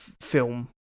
film